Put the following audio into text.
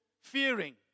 fearing